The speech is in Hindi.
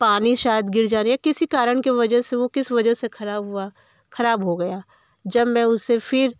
पानी शायद गिर जाने किसी कारण की वजह से वह किस वजह से ख़राब हुआ ख़राब हो गया जब मैं उसे फिर